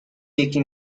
یکی